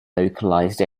localized